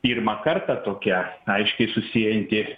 pirmą kartą tokia aiškiai susiejanti